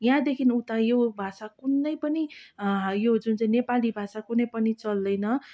याँदेखिन् उता यो भाषा कुनै पनि यो जुन चै नेपाली भाषा कुनै पनि चल्दैन